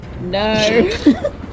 no